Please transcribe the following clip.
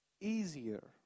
easier